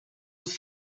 het